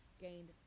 gained